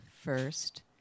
first